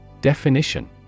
Definition